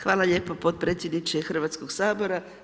Hvala lijepo potpredsjedniče Hrvatskog sabora.